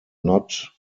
not